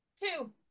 Two